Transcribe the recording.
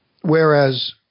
Whereas